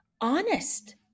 honest